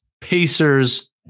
Pacers